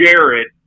Jared